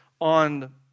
on